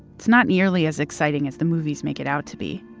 it's not nearly as exciting as the movies make it out to be.